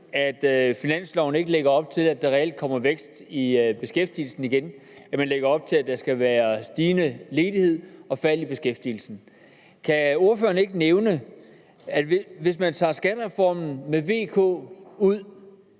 at finansloven ikke lægger op til, at der reelt kommer vækst i beskæftigelsen igen, men at man i stedet lægger op til, at der skal være stigende ledighed og fald i beskæftigelsen. Hvis man tager skattereformen med VK ud,